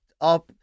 up